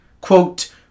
Quote